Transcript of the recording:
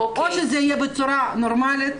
או שזה יהיה בצורה נורמלית,